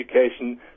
education